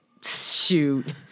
Shoot